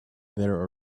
their